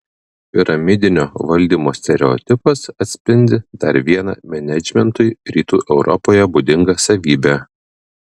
piramidinio valdymo stereotipas atspindi dar vieną menedžmentui rytų europoje būdingą savybę